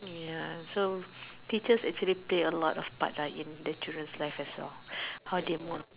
ya so teachers actually play a lot of part lah in the children's life as well how they mould